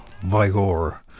Vigor